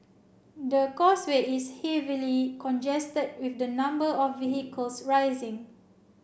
the causeway is heavily congested with the number of vehicles rising